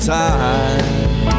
time